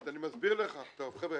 חבר'ה,